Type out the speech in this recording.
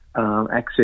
Access